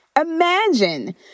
imagine